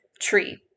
tree